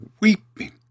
weeping